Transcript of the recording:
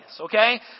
okay